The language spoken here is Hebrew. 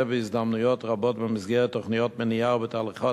בהזדמנויות רבות במסגרת תוכניות מניעה ובתהליכי